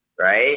right